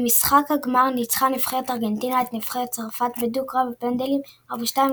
במשחק הגמר ניצחה נבחרת ארגנטינה את נבחרת צרפת בדו-קרב פנדלים 2-4,